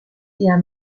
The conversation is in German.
der